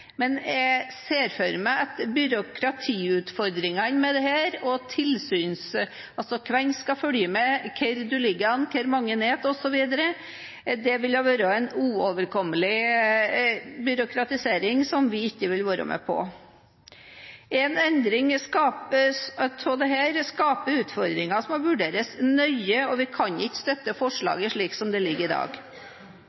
men jeg ser for meg at byråkratiutfordringene med dette – hvem som skal følge med på hvor man ligger hen, og hvor mange netter, osv. – vil være uoverkommelige og noe som vi ikke vil være med på. En endring av dette skaper utfordringer som må vurderes nøye, og vi kan ikke støtte